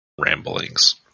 ramblings